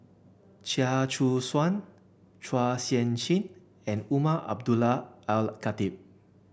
Chia Choo Suan Chua Sian Chin and Umar Abdullah Al Khatib